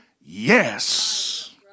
yes